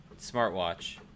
smartwatch